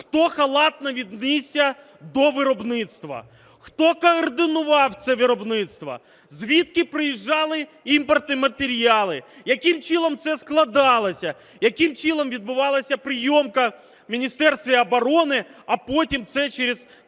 хто халатно віднісся до виробництва, хто координував це виробництво, звідки приїжджали імпортні матеріали, яким чином це складалося, яким чином відбувалася прийомка в Міністерстві оборони, а потім це через центр